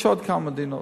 יש עוד כמה מדינות.